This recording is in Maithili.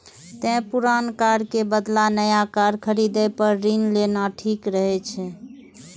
तें पुरान कार के बदला नया कार खरीदै पर ऋण लेना ठीक रहै छै